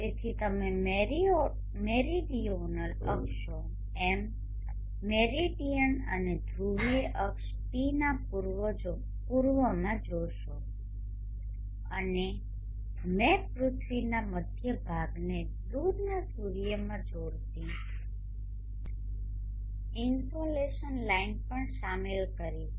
તેથી તમે મેરીડિઓનલ અક્ષો m મેરિડીયન અને ધ્રુવીય અક્ષ p ના પૂર્વમાં જોશો અને મેં પૃથ્વીના મધ્ય ભાગને દૂરના સૂર્યમાં જોડતી ઇન્સોલેશન લાઇન પણ શામેલ કરી છે